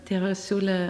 tėvas siūlė